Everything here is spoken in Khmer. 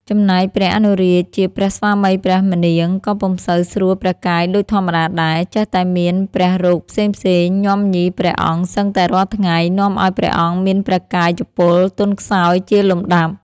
ចំណែកព្រះអនុរាជជាព្រះស្វាមីព្រះម្នាង ក៏ពុំសូវស្រួលព្រះកាយដូចធម្មតាដែរ ចេះតែមានព្រះរោគផ្សេងៗ ញាំញីព្រះអង្គសឹងតែរាល់ថ្ងៃ នាំឲ្យព្រះអង្គមានព្រះកាយពលទន់ខ្សោយជាលំដាប់ ។